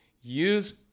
use